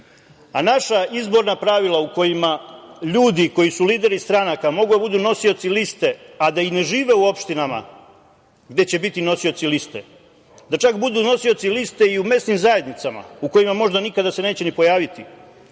izborna pravila u kojima ljudi koji su lideri stranaka mogu da budu nosioci liste, a da i ne žive u opštinama gde će biti nosioci liste, da čak budu nosioci liste i u mesnim zajednicama u kojima se možda nikada neće ni pojaviti,